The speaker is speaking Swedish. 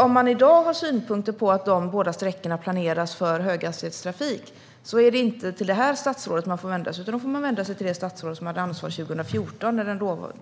Om man i dag har synpunkter på att dessa båda sträckor planeras för höghastighetstrafik är det alltså inte till det här statsrådet man får vända sig, utan då får man vända sig till det statsråd som hade ansvaret 2014